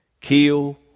Kill